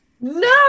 No